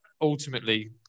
ultimately